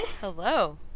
Hello